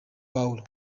pawulo